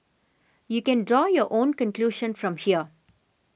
you can draw your own conclusion from here